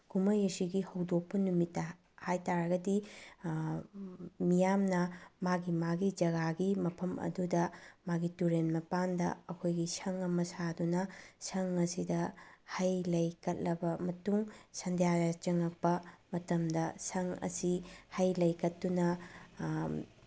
ꯀꯨꯝꯍꯩ ꯑꯁꯤꯒꯤ ꯍꯧꯗꯣꯛꯄ ꯅꯨꯃꯤꯠꯇ ꯍꯥꯏ ꯇꯥꯔꯒꯗꯤ ꯃꯤꯌꯥꯝꯅ ꯃꯥꯒꯤ ꯃꯥꯒꯤ ꯖꯒꯥꯒꯤ ꯃꯐꯝ ꯑꯗꯨꯗ ꯃꯥꯒꯤ ꯇꯨꯔꯦꯟ ꯃꯄꯥꯟꯗ ꯑꯩꯈꯣꯏꯒꯤ ꯁꯪ ꯑꯃ ꯁꯥꯗꯨꯅ ꯁꯪ ꯑꯁꯤꯗ ꯍꯩ ꯂꯩ ꯀꯠꯂꯕ ꯃꯇꯨꯡ ꯁꯟꯗ꯭ꯌꯥ ꯌꯥꯆꯪꯉꯛꯄ ꯃꯇꯝꯗ ꯁꯪ ꯑꯁꯤ ꯍꯩ ꯂꯩ ꯀꯠꯇꯨꯅ